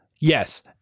Yes